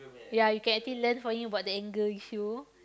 ya you can actually learn from him about the anger issue